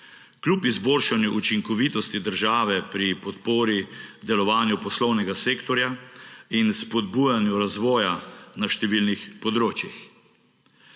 kljub izboljšanju učinkovitosti države pri podpori delovanju poslovnega sektorja in spodbujanju razvoja na številnih področjih.